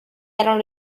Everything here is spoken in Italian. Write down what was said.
erano